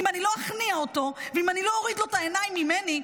אם אני לא אכניע אותו ואני לא אוריד לו את העיניים ממני,